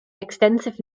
extensive